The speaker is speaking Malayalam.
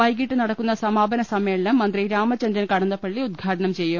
വൈകീട്ട് നടക്കുന്ന സമാപന സമ്മേളനം മന്ത്രി രാമച ന്ദ്രൻ കടന്നപ്പള്ളി ഉദ്ഘാടനം ചെയ്യും